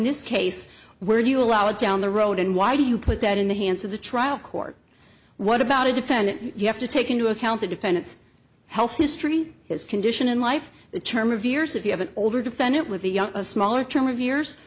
this case where you allow it down the road and why do you put that in the hands of the trial court what about a defendant you have to take into account the defendant's health history his condition in life the term of years if you have an older defendant with a young a smaller term of years